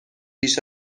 بیش